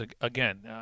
again